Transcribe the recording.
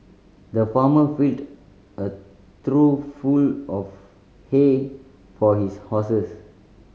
the farmer filled a trough full of hay for his horses